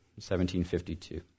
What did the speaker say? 1752